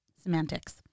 Semantics